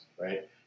right